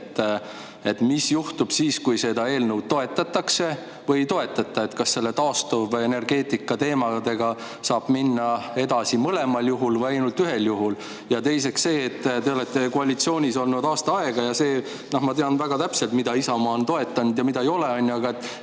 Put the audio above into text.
mis juhtub siis, kui seda eelnõu toetatakse või ei toetata, kas taastuvenergeetika teemaga saab minna edasi mõlemal juhul või ainult ühel juhul. Teiseks see, et te olete koalitsioonis olnud aasta aega, ja ma tean väga täpselt, mida Isamaa on toetanud ja mida ei ole. Miks